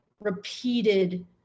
Repeated